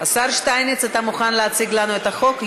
השר שטייניץ, אתה מוכן להציג את החוק?